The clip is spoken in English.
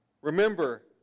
Remember